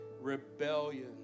rebellion